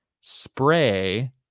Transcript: spray